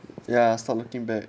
ya stop looking back